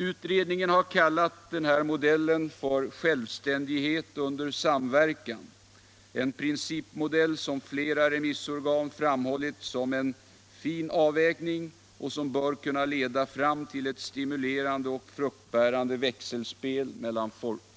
Utredningen har kallat denna modell för Självständighet under samverkan. — En principmodell som flera remissorgan framhållit som en fin avvägning, vilken bör kunna leda fram till ett stimulerande och fruktbärande växelspel mellan